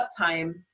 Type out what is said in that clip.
uptime